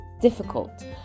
difficult